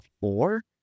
four